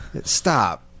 stop